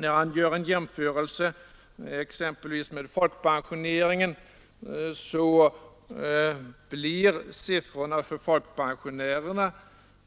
Vid exempelvis en jämförelse med folkpensioneringen — som herr Fagerlund gjorde — blir siffrorna för folkpensionärer